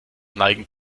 neigen